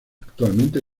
actualmente